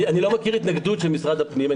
אני לא מכיר התנגדות של משרד הפנים.